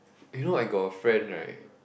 you know I got a friend right